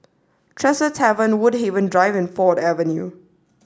Tresor Tavern Woodhaven Drive and Ford Avenue